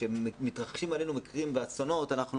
כשמתרחשים עלינו מקרים ואסונות אנחנו